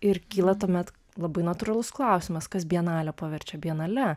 ir kyla tuomet labai natūralus klausimas kas bienalę paverčia bienale